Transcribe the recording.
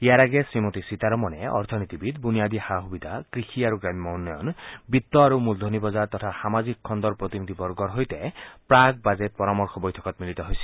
ইয়াৰ আগেয়ে শ্ৰীমতী সীতাৰমনে অৰ্থনীতিবিদ বুনিয়াদী সা সুবিধা কৃষি আৰু গ্ৰাম্য উন্নয়ন বিত্ত আৰু মূলধনী বজাৰ তথা সামাজিক খণ্ডৰ প্ৰতিনিধি বৰ্গৰ সৈতে প্ৰাক্ বাজেট পৰামৰ্শ বৈঠকত মিলিত হৈছিল